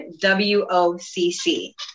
w-o-c-c